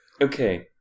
Okay